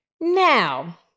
Now